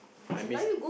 I miss